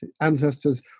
ancestors